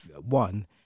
one